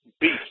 beast